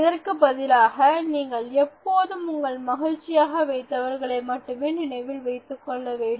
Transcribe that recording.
இதற்கு பதிலாக நீங்கள் எப்பொழுதும் உங்களை மகிழ்ச்சியாக வைத்தவர்களை மட்டுமே நினைவில் வைத்துக் கொள்ள வேண்டும்